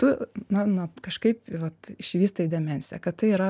tu na nat kažkaip tai vat išsivystė į demenciją kad tai yra